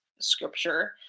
scripture